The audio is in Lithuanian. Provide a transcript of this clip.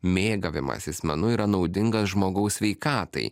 mėgavimasis menu yra naudingas žmogaus sveikatai